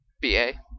B-A